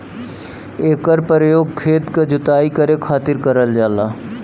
एकर परयोग खेत क जोताई करे खातिर करल जाला